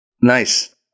Nice